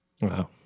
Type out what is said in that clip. Wow